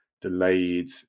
delayed